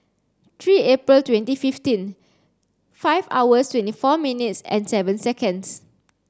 three April twenty fifteen five hours twenty four minutes and seven seconds